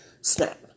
snap